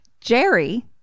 Jerry